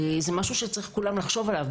זה משהו שכולנו צריכים לחשוב עליו.